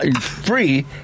Free